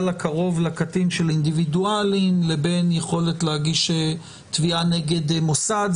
הקרוב לקטין לבין היכולת להגיש תביעה נגד מוסד.